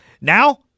Now